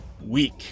week